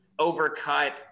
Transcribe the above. overcut